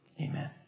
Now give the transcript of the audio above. Amen